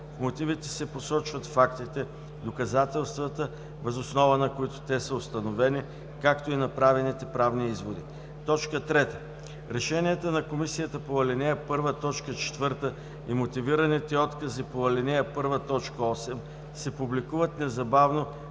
В мотивите се посочват фактите, доказателствата, въз основа на които те са установени, както и направените правни изводи. (3) Решенията на Комисията по ал. 1, т. 4 и мотивираните откази по ал. 1, т. 8 се публикуват незабавно